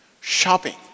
Shopping